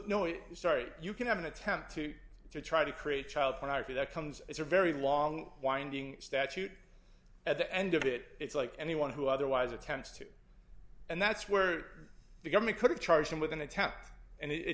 it sorry you can have an attempt to try to create child pornography that comes is a very long winding statute at the end of it it's like anyone who otherwise attempts to and that's where the government could have charged him with an attempt and it